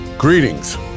Greetings